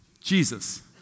Jesus